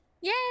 Yay